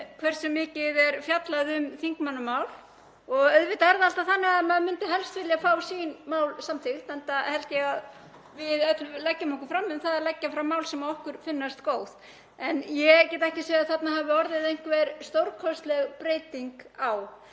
hversu mikið er fjallað um þingmannamál og auðvitað er það alltaf þannig að maður myndi helst vilja fá sín mál samþykkt, enda held ég að við leggjum okkur fram um að leggja fram mál sem okkur finnst góð. En ég get ekki séð að þarna hafi orðið einhver stórkostleg breyting á.